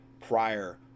prior